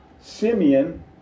Simeon